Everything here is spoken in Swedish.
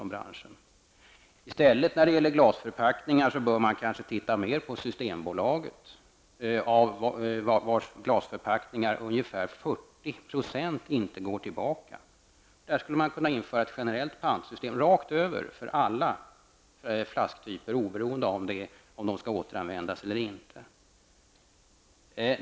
När det gäller glasförpackningar bör man kanske i stället se mera på Systembolaget, vars glasförpackningar till ungefär 40 % inte går tillbaka. Man skulle kunna införa ett generellt pantsystem för alla Systembolagets flasktyper, oberoende av om de skall återanvändas eller inte.